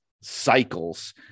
cycles